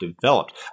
developed